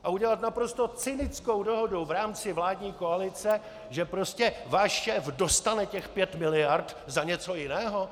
A udělat naprosto cynickou dohodou v rámci vládní koalice, že prostě váš šéf dostane těch pět miliard za něco jiného?